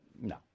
No